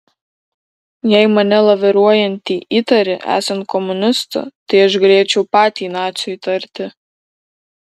jei mane laviruojantį įtari esant komunistu tai aš galėčiau patį naciu įtarti